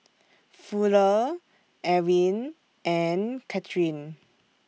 Fuller Ewin and Cathrine